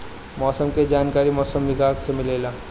मौसम के जानकारी मौसम विभाग से मिलेला?